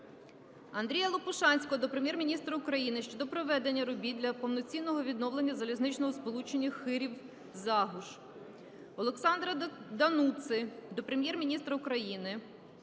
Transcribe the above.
Андрія Лопушанського до Прем'єр-міністра України щодо проведення робіт для повноцінного відновлення залізничного сполучення Хирів–Загуж. Олександра Дануци до Прем'єр-міністра України